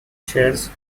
shares